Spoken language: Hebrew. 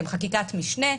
שהם חקיקת משנה,